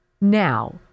Now